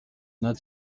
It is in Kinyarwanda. nta